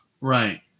Right